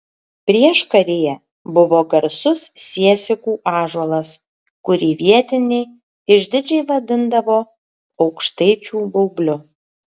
prieškaryje buvo garsus siesikų ąžuolas kurį vietiniai išdidžiai vadindavo aukštaičių baubliu